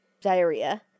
diarrhea